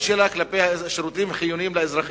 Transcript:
שלה כלפי השירותים החיוניים לאזרחים.